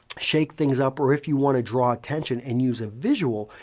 shake things up or if you want to draw attention and use a visual,